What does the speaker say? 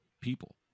people